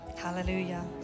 Hallelujah